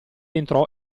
entrò